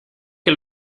que